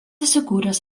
įsikūręs